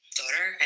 daughter